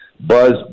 Buzz